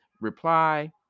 reply